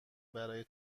برای